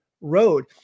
road